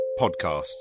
podcasts